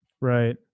Right